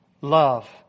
love